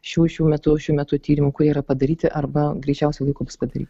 šių šių metu šių metu tyrimu kurie yra padaryti arba greičiausiu laiku bus padaryt